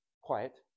quiet